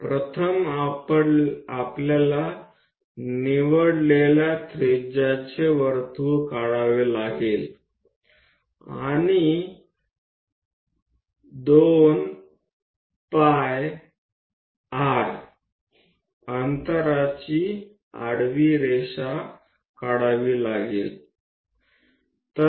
સૌપ્રથમ આપણે પસંદગીની ત્રિજ્યાનું એક વર્તુળ દોરવું પડશે અને 2πr અંતરને જાણતાં તે લંબાઇની એક આડી લીટી દોરો